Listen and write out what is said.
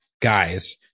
guys